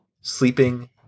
Sleeping